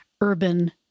urban